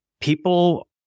people